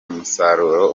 musaruro